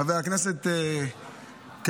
חבר הכנסת קלנר,